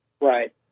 Right